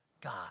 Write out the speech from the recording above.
God